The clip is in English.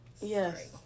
Yes